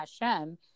Hashem